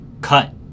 cut